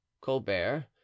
Colbert